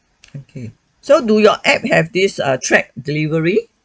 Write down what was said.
okay so do your app have this err track delivery